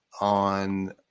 on